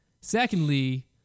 Secondly